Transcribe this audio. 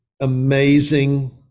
amazing